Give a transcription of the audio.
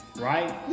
right